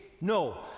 No